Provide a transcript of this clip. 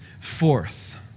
forth